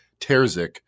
Terzic